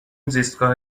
زیستگاه